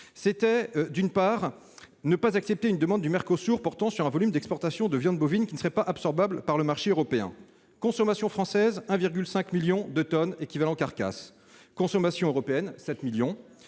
Gouvernement à ne pas accepter une demande du Mercosur portant sur un volume d'exportation de viande bovine qui ne serait pas absorbable par le marché européen. La consommation française s'élève à 1,5 million de tonnes équivalent carcasses ; celle de l'Union européenne à 7 millions